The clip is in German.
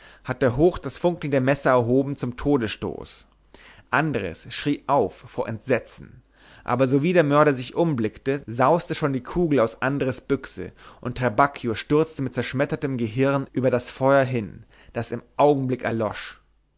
hatte hoch das funkelnde messer erhoben zum todesstoß andres schrie auf vor entsetzen aber sowie der mörder sich umblickte sauste schon die kugel aus andres büchse und trabacchio stürzte mit zerschmettertem gehirn über das feuer hin das im augenblick erlosch